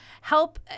Help